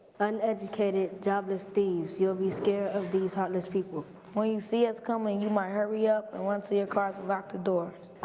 uneducated, jobless thieves. you'll be scared of these heartless people. when you see us coming you might hurry up and run to your cars and lock the doors,